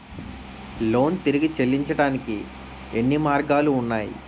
Loan తిరిగి చెల్లించటానికి ఎన్ని మార్గాలు ఉన్నాయి?